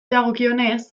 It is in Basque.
dagokionez